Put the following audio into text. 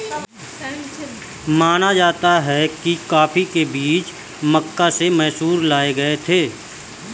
माना जाता है कि कॉफी के बीज मक्का से मैसूर लाए गए थे